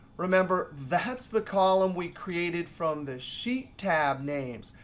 remember that's the column we created from the sheet tab names.